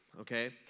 okay